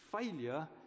Failure